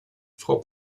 frau